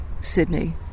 Sydney